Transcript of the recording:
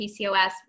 PCOS